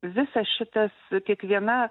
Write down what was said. visas šitas kiekviena